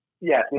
yes